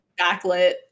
backlit